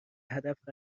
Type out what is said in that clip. هدف